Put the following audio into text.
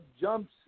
jumps